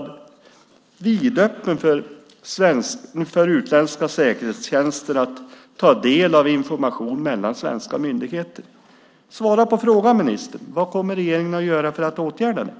Den är alltså vidöppen, vilket betyder att utländska säkerhetstjänster kan ta del av den information som skickas mellan svenska myndigheter. Svara på frågan, ministern: Vad kommer regeringen att göra för att åtgärda detta?